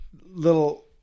little